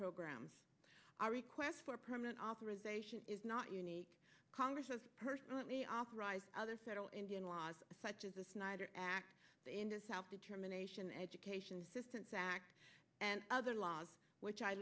programs our request for permanent authorization is not unique congress has personally authorized other several indian laws such as the snyder act in the south determination education systems act and other laws which i